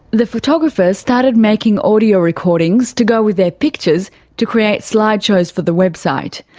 the photographers started making audio recordings to go with their pictures to create slideshows for the website.